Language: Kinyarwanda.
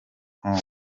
home